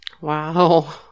Wow